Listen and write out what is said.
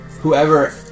whoever